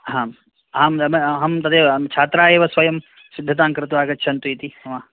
आम् अहं तदेव छात्राः एव स्वयं सिद्धतां कृत्वा आगच्छन्ति इति